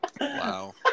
Wow